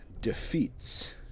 defeats